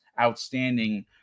outstanding